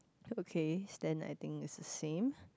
okays then I think it's the same